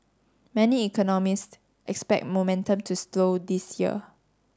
many economists expect momentum to slow this year